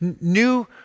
new